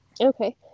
Okay